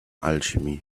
alchemy